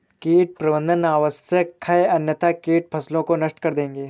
कीट प्रबंधन आवश्यक है अन्यथा कीट फसलों को नष्ट कर देंगे